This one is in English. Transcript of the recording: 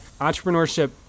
entrepreneurship